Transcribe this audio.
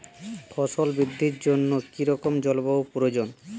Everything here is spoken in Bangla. ফসল বৃদ্ধির জন্য কী রকম জলবায়ু প্রয়োজন?